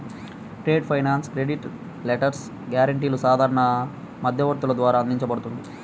trade finance credit letters, గ్యారెంటీలు సాధారణ మధ్యవర్తుల ద్వారా అందించబడుతుంది